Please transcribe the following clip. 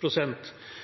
på